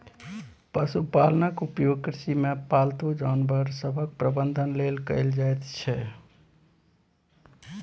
पशुपालनक उपयोग कृषिमे पालतू जानवर सभक प्रबंधन लेल कएल जाइत छै